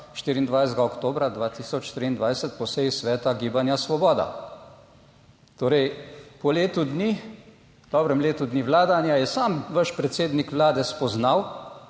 24. oktobra 2023 po seji sveta Gibanja Svoboda. Torej, po letu dni, v dobrem letu dni vladanja je sam vaš predsednik vlade spoznal,